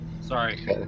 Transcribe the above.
Sorry